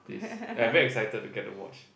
please I very excited to get the watch